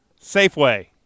Safeway